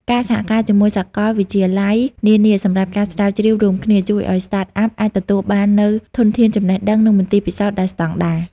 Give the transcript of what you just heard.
ការសហការជាមួយសកលវិទ្យាល័យនានាសម្រាប់ការស្រាវជ្រាវរួមគ្នា ជួយឱ្យ Startup អាចទទួលបាននូវធនធានចំណេះដឹង និងមន្ទីរពិសោធន៍ដែលស្តង់ដារ។